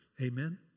Amen